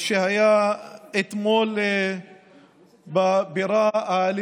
קשה לעבור לנושא שעל סדר-היום בלי להתייחס